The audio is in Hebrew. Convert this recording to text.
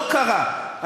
לא קרה,